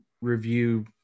review